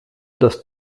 das